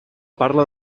parla